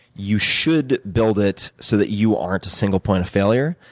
you should build it, so that you aren't a single point of failure.